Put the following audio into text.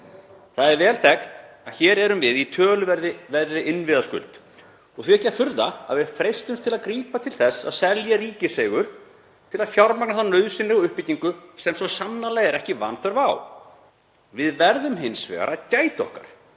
Það er vel þekkt að hér erum við í töluverðri innviðaskuld og því ekki furða að við freistumst til að grípa til þess að selja ríkiseigur til að fjármagna þá nauðsynlegu uppbyggingu sem svo sannarlega er ekki vanþörf á. Við verðum hins vegar að gæta okkar.